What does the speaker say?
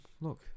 Look